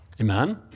Amen